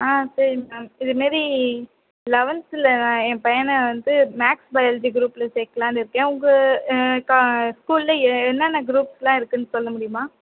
ஆ சரி மேம் இதுமாரி லவன்தில் என் பையனை வந்து மேக்ஸ் பயாலஜி குரூப்பில் சேர்க்கலான்னு இருக்கேன் உங்க ஸ்கூலில் என்னென்ன குருப்ஸ்லாம் இருக்குன்னு சொல்ல முடியுமா